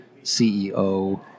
CEO